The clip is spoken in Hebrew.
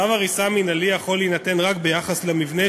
צו הריסה מינהלי יכול להינתן רק ביחס למבנה